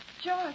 George